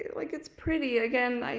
like it's pretty. again,